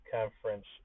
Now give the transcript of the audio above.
Conference